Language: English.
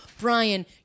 Brian